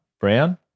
Brown